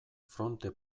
fronte